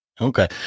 Okay